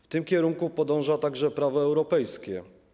W tym kierunku podąża także prawo europejskie.